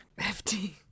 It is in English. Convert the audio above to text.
FT